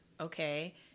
okay